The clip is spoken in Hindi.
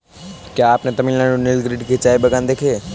क्या आपने तमिलनाडु में नीलगिरी के चाय के बागान देखे हैं?